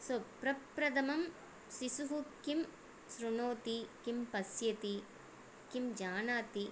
सो प्रप्रथमं शिशुः किं श्रुणोति किं पश्यति किं जानाति